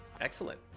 Excellent